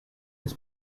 his